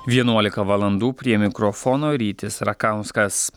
vienuolika valandų prie mikrofono rytis rakauskas